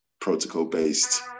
protocol-based